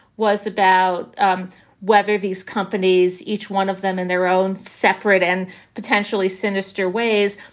was about um whether these companies, each one of them in their own separate and potentially sinister ways,